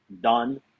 Done